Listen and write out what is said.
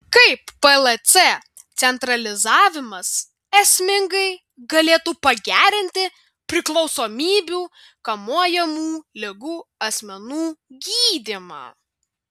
kaip plc centralizavimas esmingai galėtų pagerinti priklausomybių kamuojamų ligų asmenų gydymą